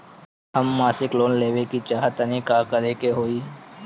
हम मासिक लोन लेवे के चाह तानि का करे के होई?